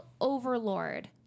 Overlord